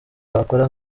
bakora